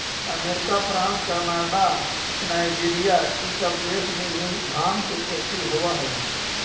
America, France, Canada, Nigeria इ सब देश में भी भाँग के खेती होवऽ हई